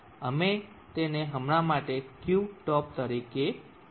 અમે તેને હમણાં માટે Qtop તરીકે કહીશું